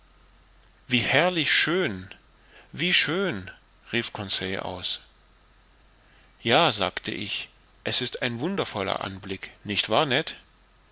wie herrlich schön wie schön rief conseil aus ja sagte ich es ist ein wundervoller anblick nicht wahr